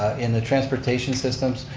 in the transportation systems,